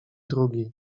drugi